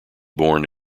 born